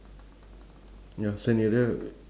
ya sand area